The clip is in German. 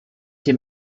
dem